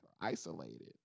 Isolated